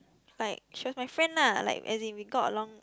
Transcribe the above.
like she was my friend lah like as it we got along